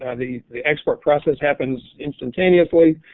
ah the the export process happens instantaneously.